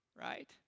right